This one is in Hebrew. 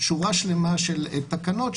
שורה שלמה של תקנות,